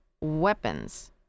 weapons